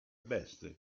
best